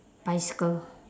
bicycle